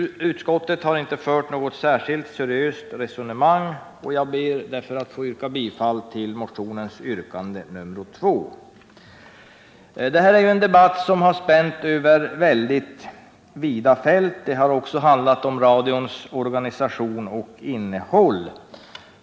Utskottet har inte fört ett seriöst resonemang på den punkten, och jag ber därför att få yrka bifall till motionen, yrkande nr 2. Den här debatten har spänt över vida fält. Den har också handlat om radions organisation och innehåll.